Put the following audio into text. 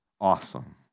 Awesome